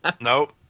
Nope